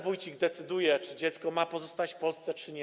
Wójcik decyduje, czy dziecko ma pozostać w Polsce, czy nie.